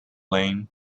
lane